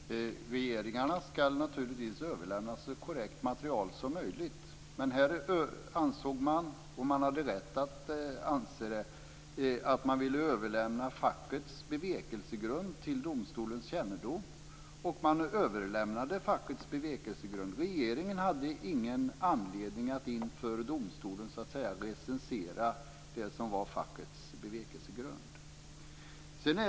Fru talman! Regeringarna skall naturligtvis överlämna så korrekt material som möjligt. Men här ansåg man, och man hade rätt att anse det, att man ville överlämna fackets bevekelsegrund till domstolens kännedom. Det gjorde man också. Regeringen hade ingen anledning att inför domstolen så att säga recensera det som var fackets bevekelsegrund.